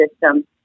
system